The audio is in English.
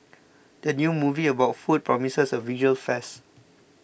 the new movie about food promises a visual feast